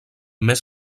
més